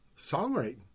songwriting